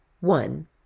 One